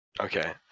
Okay